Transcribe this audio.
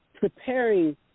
preparing